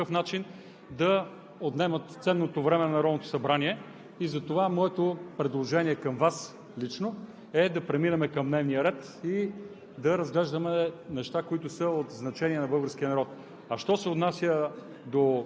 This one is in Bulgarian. лявата част. Просто виждате, че те не се регистрират, нямат желание да работят и се чудят по какъв начин да отнемат ценното време на Народното събрание. Затова моето предложение към Вас лично е да преминем към дневния ред и